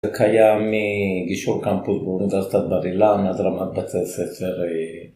זה קיים מגישור קמפוס באוניברסיטת בר אילן, אז רמת בתי ספר...